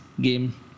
game